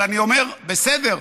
אבל אני אומר: בסדר,